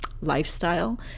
lifestyle